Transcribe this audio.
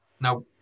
Now